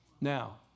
Now